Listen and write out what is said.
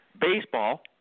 Baseball